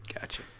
Gotcha